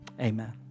Amen